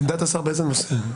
עמדת השר באיזה נושא?